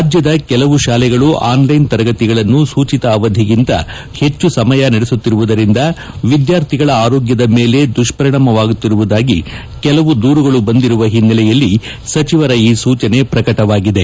ರಾಜ್ಯದ ಕೆಲವು ಶಾಲೆಗಳು ಆನ್ಲಿನ್ ತರಗತಿಗಳನ್ನು ಸೂಚಿತ ಅವಧಿಗಿಂತ ಹೆಚ್ಚು ಸಮಯ ನಡೆಸುತ್ತಿರುವುದರಿಂದ ವಿದ್ಗಾರ್ಥಿಗಳ ಆರೋಗ್ಲದ ಮೇಲೆ ದುಪ್ಪರಿಣಾಮವಾಗುತ್ತಿರುವುದಾಗಿ ಕೆಲವು ದೂರುಗಳು ಬಂದಿರುವ ಹಿನ್ನೆಲೆಯಲ್ಲಿ ಸಚಿವರ ಈ ಸೂಚನೆ ಪ್ರಕಟವಾಗಿದೆ